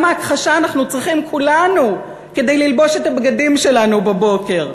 כמה הכחשה אנחנו צריכים כולנו כדי ללבוש את הבגדים שלנו בבוקר,